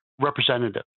representative